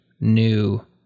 new